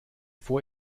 vor